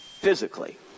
physically